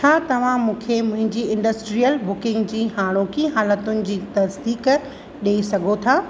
छा तव्हां मूंखे मुंहिंजी इंडस्ट्रियल बुकिंग जी हाणोकि हालतुनि जी तसदीक़ु डेई सघो था